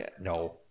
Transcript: No